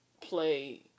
play